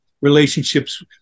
relationships